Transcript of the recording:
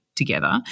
together